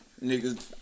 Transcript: Niggas